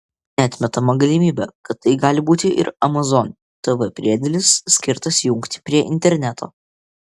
neatmetama galimybė kad tai gali būti ir amazon tv priedėlis skirtas jungti prie interneto